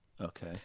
Okay